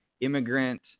immigrant